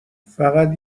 فقط